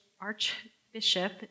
Archbishop